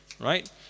Right